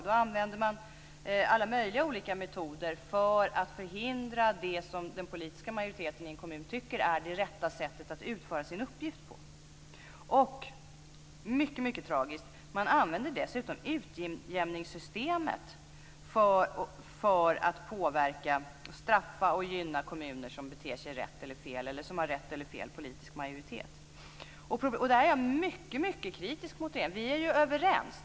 Då använder man alla möjliga olika metoder för att förhindra att den politiska majoriteten i en kommun utför sin uppgift på det sätt som den tycker är det rätta. Mycket tragiskt är det att man dessutom använder utjämningssystemet för att påverka, straffa eller gynna kommuner som beter sig rätt eller fel eller som har rätt eller fel politisk majoritet. Jag är mycket kritisk mot det här. Vi är ju överens.